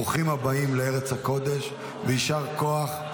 ברוכים הבאים לארץ הקודש ויישר כוח.